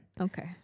okay